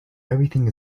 everything